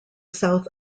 south